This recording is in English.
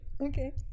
Okay